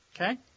Okay